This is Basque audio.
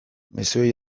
mezuei